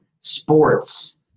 sports